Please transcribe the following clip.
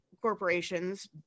corporations